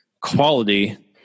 quality